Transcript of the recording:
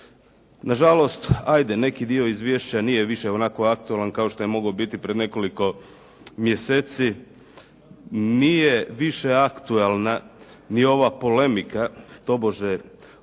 Nažalost ajde, neki dio izvješća nije više onako aktualan kao što je mogao biti prije nekoliko mjeseci. Nije više aktualna ni ova polemika tobože oko